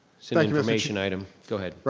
an information item, go ahead. right,